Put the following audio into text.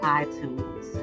iTunes